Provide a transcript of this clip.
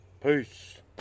peace